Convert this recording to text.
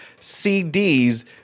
cds